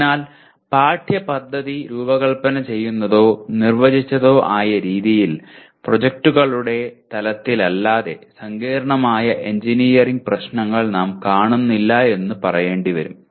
അതിനാൽ പാഠ്യപദ്ധതി രൂപകൽപ്പന ചെയ്യുന്നതോ നിർവ്വചിച്ചതോ ആയ രീതിയിൽ പ്രോജക്റ്റുകളുടെ തലത്തിലല്ലാതെ സങ്കീർണ്ണമായ എഞ്ചിനീയറിംഗ് പ്രശ്നങ്ങൾ നാം കാണുന്നില്ല എന്ന് പറയേണ്ടി വരും